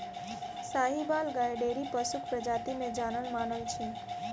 साहिबाल गाय डेयरी पशुक प्रजाति मे जानल मानल अछि